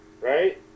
right